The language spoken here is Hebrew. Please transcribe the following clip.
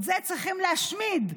את זה צריכים להשמיד,